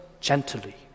Gently